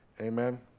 Amen